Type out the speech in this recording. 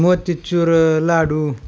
motichoor लाडू